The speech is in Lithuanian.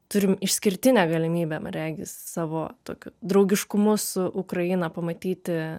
turim išskirtinę galimybę man regis savo tokiu draugiškumu su ukraina pamatyti